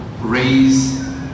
raise